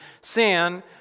sin